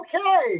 Okay